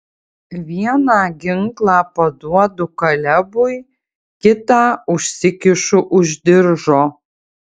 vieną ginklą paduodu kalebui kitą užsikišu už diržo